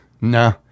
Nah